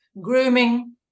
grooming